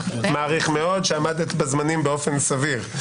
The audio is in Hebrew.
מעריך מאוד שעמדת בזמנים באופן סביר.